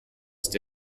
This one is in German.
ist